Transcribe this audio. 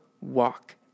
walk